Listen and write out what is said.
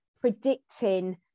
predicting